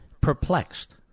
perplexed